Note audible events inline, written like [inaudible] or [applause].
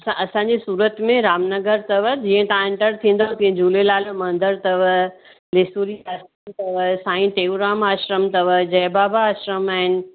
असांजे सूरत में रामनगर अथव जीअं तव्हां एंटर थींदव तीअं झूलेलाल जो मंदर अथव [unintelligible] अथव साईं टेऊंराम आश्रम अथव जय बाबा आश्रम आहिनि